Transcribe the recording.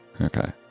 Okay